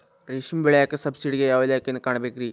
ರೇಷ್ಮಿ ಬೆಳಿಯಾಕ ಸಬ್ಸಿಡಿಗೆ ಯಾವ ಇಲಾಖೆನ ಕಾಣಬೇಕ್ರೇ?